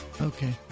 Okay